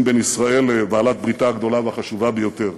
בין ישראל לבעלת בריתה הגדולה והחשובה ביותר.